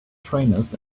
trainers